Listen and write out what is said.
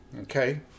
Okay